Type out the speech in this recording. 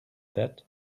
that